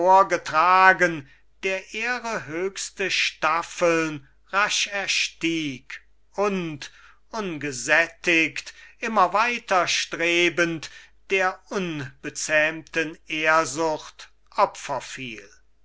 emporgetragen da ehre höchste staffeln rasch erstieg und ungesättigt immer weiter strebend der unbezähmten ehrsucht